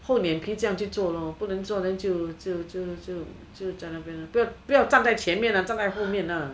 厚脸皮这样去做了不能做 then 就就就就就在那边 lor 不要站在前面啦站在后面